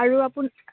আৰু আপুনি